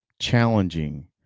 challenging